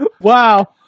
Wow